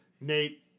Nate